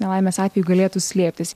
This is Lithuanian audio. nelaimės atveju galėtų slėptis